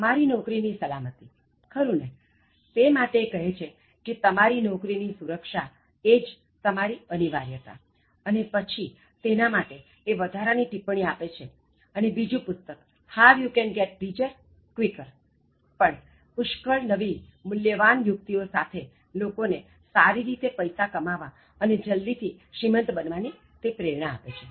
તમારી નોકરી ની સલામતિ ખરુ ને તે માટે એ કહે છે કે તમારી નોકરી ની સુરક્ષા એ જ તમારી અનિવાર્યતા અને પછી તેના માટે એ વધારાની ટિપ્પ્ણી આપે છે અને બીજુ પુસ્તક How You Can Get Richer Quicker પણ પુષ્કળ નવી મૂલ્યવાન યુક્તિઓ સાથે લોકોને સારી રીતે પૈસા કમાઇ ને જલ્દીથી શ્રીમંત બનવાની પ્રેરણા આપે છે